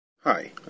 Hi